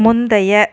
முந்தைய